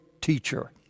teacher